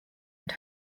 had